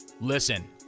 Listen